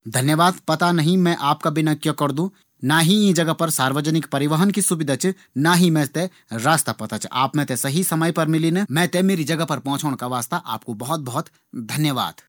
धन्यवाद पता नहीं मैं आपका बिना क्या करदु? ना ही यीं जगह पर सार्वजनिक परिवहन की सुविधा च, ना ही मी थें रास्ता पता च। आप मी थें सही समय पर मिलिन। मैं थें मेरी जगह पर पोछोण का वास्ता बहुत बहुत धन्यवाद।